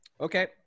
Okay